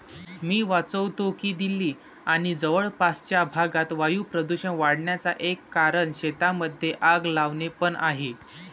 मी वाचतो की दिल्ली आणि जवळपासच्या भागात वायू प्रदूषण वाढन्याचा एक कारण शेतांमध्ये आग लावणे पण आहे